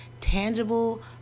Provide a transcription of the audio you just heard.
tangible